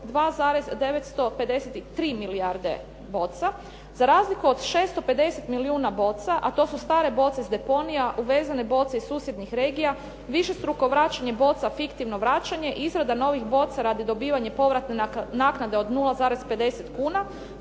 2,953 milijarde boca za razliku od 650 milijuna boca, a to su stare boce s deponija, uvezene boce iz susjednih regija, višestruko vraćanje boca, fiktivno vraćanje, izrada novih boca radi dobivanja povratne naknade od 0,50 kuna.